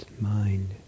mind